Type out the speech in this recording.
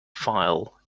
file